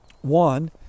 one